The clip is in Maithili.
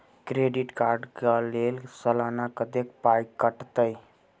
क्रेडिट कार्ड कऽ लेल सलाना कत्तेक पाई कटतै?